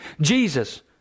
Jesus